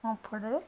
ଓମଫେଡ଼ରେ